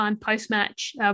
post-match